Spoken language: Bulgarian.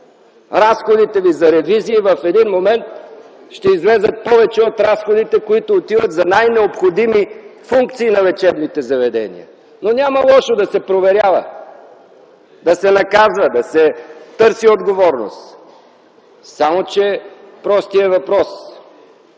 Разходите ви за ревизии в един момент ще излязат повече от разходите, които отиват за най-необходими функции на лечебните заведения! Но няма лошо да се проверява, да се наказва, да се търси отговорност, само че – простият въпрос: